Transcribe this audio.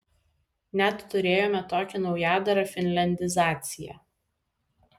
net turėjome tokį naujadarą finliandizacija